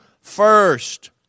first